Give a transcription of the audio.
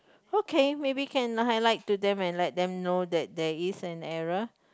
okay maybe can highlight to them and let them know that there is an error